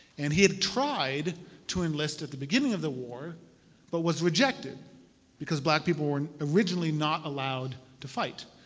and he had tried to enlist at the beginning of the war but was rejected because black people were originally not allowed to fight.